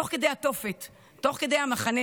תוך כדי התופת, תוך כדי המחנה,